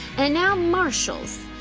and now marshals,